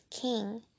king